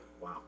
Wow